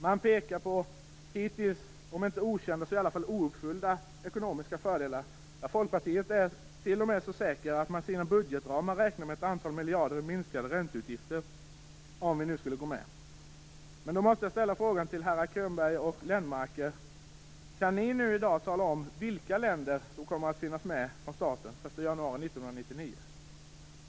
Man pekar på hittills om inte okända så i varje fall orealiserade ekonomiska fördelar. Ja, folkpartisterna är t.o.m. så säkra att man i sina budgetramar räknar med att vi skulle få ett antal miljarder i minskade ränteutgifter, om vi nu skulle gå med. Men jag måste ställa följande fråga till herrar Könberg och Lennmarker: Kan ni i dag tala om vilka länder som kommer att finnas med från starten den 1 januari 1999?